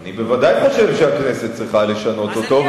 אני בוודאי חושב שהכנסת צריכה לשנות אותו,